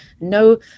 no